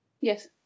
Yes